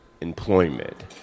employment